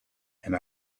and